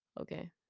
Okay